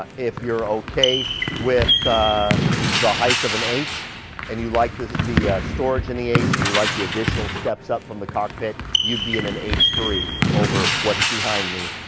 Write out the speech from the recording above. ah if you're okay with the height of an h and you like the the storage in the h and you liked the additional steps up from the cockpit you'd be in an h three over what's behind me,